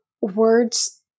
words